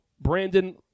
Brandon